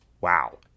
Wow